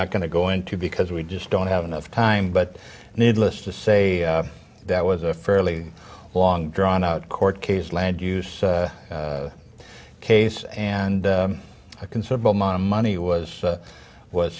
not going to go into because we just don't have enough time but needless to say that was a fairly long drawn out court case land use case and a considerable amount of money was